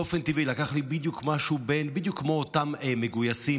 באופן טבעי לקח לי בדיוק משהו בדיוק כמו אותם מגויסים,